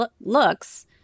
looks